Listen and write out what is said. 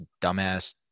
dumbass